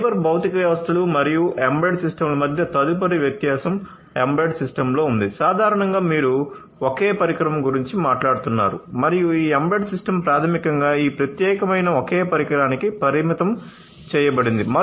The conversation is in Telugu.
సైబర్ భౌతిక వ్యవస్థలు మరియు ఎంబెడెడ్ సిస్టమ్ల మధ్య తదుపరి వ్యత్యాసం ఎంబెడెడ్ సిస్టమ్లో ఉంది సాధారణంగా మీరు ఒకే పరికరం గురించి మాట్లాడుతున్నారు మరియు ఈ ఎంబెడెడ్ సిస్టమ్ ప్రాథమికంగా ఈ ప్రత్యేకమైన ఒకే పరికరానికి పరిమితం చేయబడింది